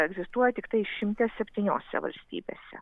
egzistuoja tiktai šimte septyniose valstybėse